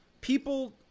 people –